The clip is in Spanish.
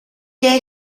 que